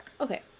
Okay